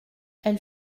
elle